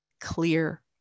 clear